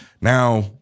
Now